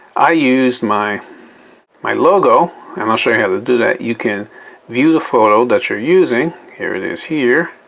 i used my my logo and i'll show you how to do that. you can view the photo that you're using. here it is here.